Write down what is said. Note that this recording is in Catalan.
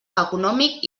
econòmic